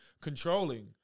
controlling